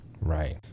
Right